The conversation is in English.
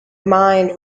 mind